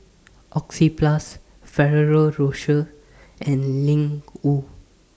Oxyplus Ferrero Rocher and Ling Wu